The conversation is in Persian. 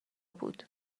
بود